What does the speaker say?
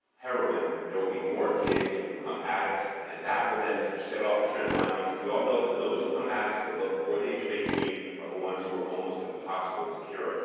heroin, there will be more kids who become addicts. and that will then set off a trend line, because we all know that those who become addicts but before the age of eighteen are the ones who are almost impossible to cure.